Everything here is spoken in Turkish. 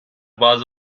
bazı